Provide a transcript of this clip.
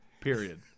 period